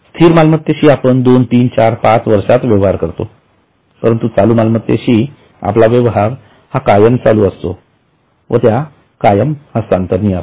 स्थिर मालमत्तेशी आपण २३४५ वर्षात व्यवहार करतो परंतु चालू मालमत्तेशी आपला व्यवहार हा कायम चालू असतो व त्या कायम हस्तांतरणीय असतात